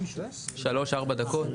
שלוש-ארבע דקות.